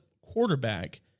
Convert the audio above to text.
quarterback